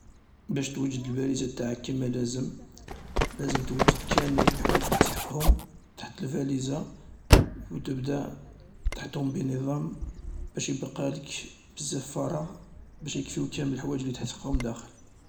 باش توجد الباليزة انتاعك كما لازم، لازم توجد كامل لحوايج اللي تسحقهم، تحط الفاليزة و تبذا تحطهم بنظام باش يبقالك بزاف فراغ باش يكفيو كامل لحوايج اللي تسحقهم داخل.